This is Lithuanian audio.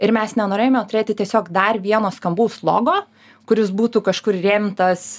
ir mes nenorėjome turėti tiesiog dar vieno skambaus logo kuris būtų kažkur įrėmintas